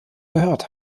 gehört